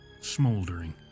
smoldering